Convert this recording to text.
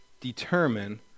determine